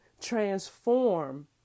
transform